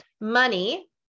Money